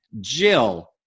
Jill